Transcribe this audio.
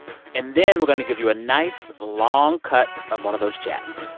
and then we're going to give you a nice, long cut of one of those chats.